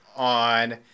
On